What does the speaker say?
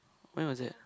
when was that